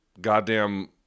goddamn